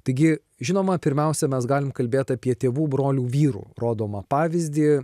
taigi žinoma pirmiausia mes galim kalbėt apie tėvų brolių vyrų rodomą pavyzdį